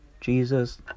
Jesus